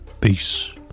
Peace